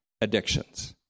addictions